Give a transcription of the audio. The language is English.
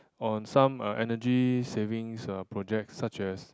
on some uh energy savings uh project such as